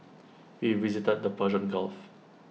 we visited the Persian gulf